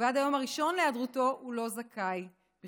ובעד היום הראשון למחלתו הוא לא זכאי כלל.